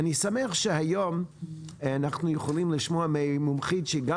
אני שמח שהיום אנחנו יכולים לשמוע ממומחית שהיא גם